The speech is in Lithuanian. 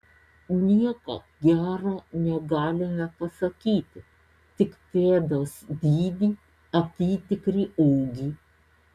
nieko gero negalime pasakyti tik pėdos dydį apytikrį ūgį